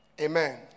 Amen